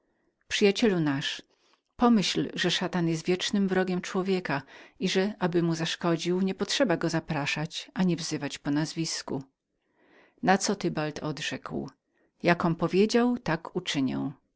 przyjacielu nasz pomyśl że szatan jest wiecznym wrogiem człowieka i że aby mu chętnie zaszkodził nie potrzeba ani żeby go zapraszano ani wzywano po nazwisku na co tybald odrzekł jakom powiedział tak uczynię